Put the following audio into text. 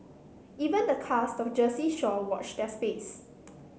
even the cast of Jersey Shore watch their space